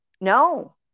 No